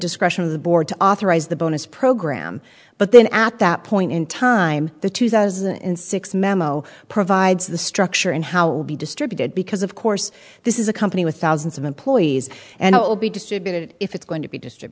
the board to authorize the bonus program but then at that point in time the two thousand and six memo provides the structure and how will be distributed because of course this is a company with thousands of employees and it will be distributed if it's going to be district